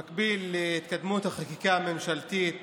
במקביל להתקדמות החקיקה הממשלתית